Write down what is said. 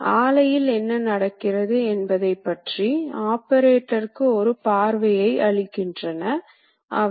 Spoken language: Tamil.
எனவே அடிப்படையில் இதன் தேவை ஆபரேட்டர்களின் கைமுறை செயல்களை மாற்றுவதற்காகும்